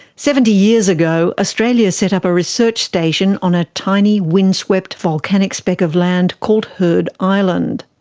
seventy years ago australia set up a research station on a tiny windswept volcanic speck of land called heard island.